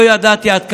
לא ידעתי עד כמה.